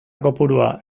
kopurua